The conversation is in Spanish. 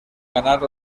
ganar